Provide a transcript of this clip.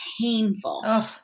painful